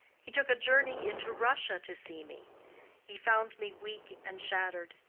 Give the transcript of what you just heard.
he took a journey into russia to see me he found me weak and shattered.